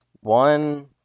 One